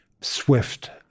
swift